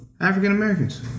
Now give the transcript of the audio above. African-Americans